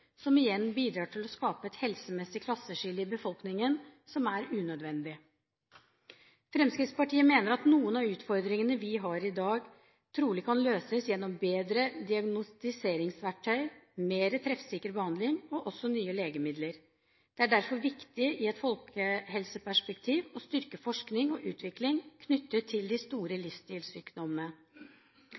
bidrar igjen til å skape et helsemessig klasseskille i befolkningen, noe som er unødvendig. Fremskrittspartiet mener at noen av utfordringene vi i dag har, trolig kan løses gjennom bedre diagnostiseringsverktøy, mer treffsikker behandling og også nye legemidler. Det er derfor viktig i et folkehelseperspektiv å styrke forskning og utvikling knyttet til de store